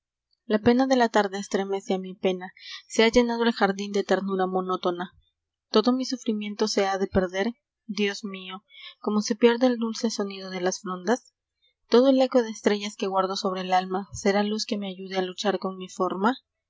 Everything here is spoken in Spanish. la pena de la tarde estremece mi pena ha llenado el jardín de ternura monótona mi sufrimiento se ha perder dios mío mo se pierde el dulce sonido de las frondas todo el eco de estrellas que guardo sobre el alma ra luz que me ayude a luchar con mi forma